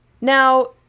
Now